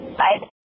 bye